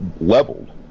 leveled